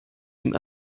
zum